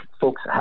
folks